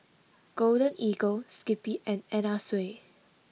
Golden Eagle Skippy and Anna Sui